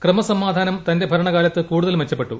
ക്രമസമാധാനം തന്റെ ഭരണകാലത്ത് കൂടുതൽ മെച്ചപ്പെ ട്ടു